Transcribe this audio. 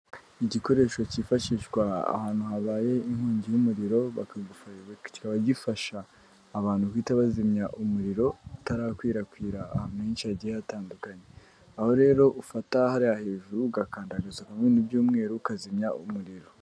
Igikoresho cyifashishwa ahantu habaye inkongi y'umuriro, kikaba gifasha abantu guhita bazimya umuriro utarakwirakwira ahantu henshi hagiye hatandukanye, aho rero ufata hariya hejuru ugakanda hagasohokamo ibintu by'umweru ukazimya umuriro.